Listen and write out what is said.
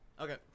Okay